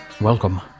Welcome